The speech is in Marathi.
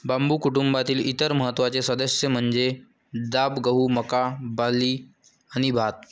बांबू कुटुंबातील इतर महत्त्वाचे सदस्य म्हणजे डाब, गहू, मका, बार्ली आणि भात